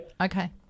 Okay